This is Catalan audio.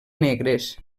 negres